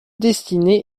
destinées